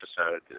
episode